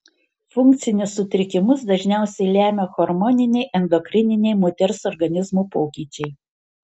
funkcinius sutrikimus dažniausiai lemia hormoniniai endokrininiai moters organizmo pokyčiai